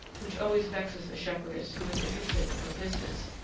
which always vexes a shepherdess who is interested in her business